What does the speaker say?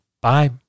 Bye